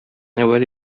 әүвәле